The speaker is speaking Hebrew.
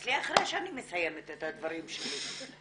תתנצלי אחרי שאני מסיימת את הדברים שלי.